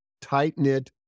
tight-knit